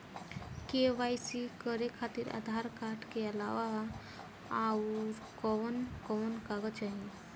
KYC करे खातिर Aadhaar card के अलावा आउरकवन कवन कागज चाहीं?